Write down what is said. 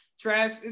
trash